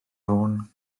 fôn